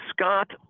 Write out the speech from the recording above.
Scott